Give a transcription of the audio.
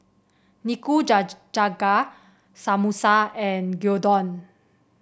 Samosa and Gyudon